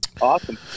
Awesome